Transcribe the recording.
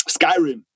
Skyrim